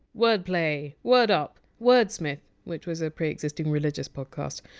wordplay. word up. wordsmith which was a pre-existing religious podcast.